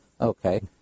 Okay